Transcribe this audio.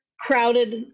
crowded